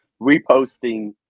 reposting